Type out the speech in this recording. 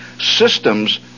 system's